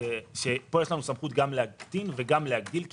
פה יש לנו סמכות גם להקטין וגם להגדיל כי